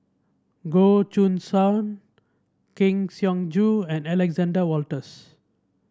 Goh Choo San Kang Siong Joo and Alexander Wolters